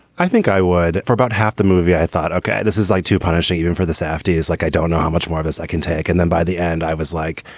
i think i would. for about half the movie, i thought, ok. this is like two punishing you and for this after years. like, i don't know how much more of us i can take. and then by the end i was like,